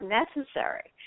necessary